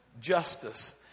justice